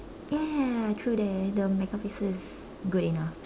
ya ya ya true that the megapixel is good enough